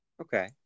Okay